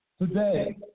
today